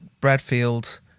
Bradfield